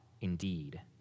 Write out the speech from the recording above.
indeed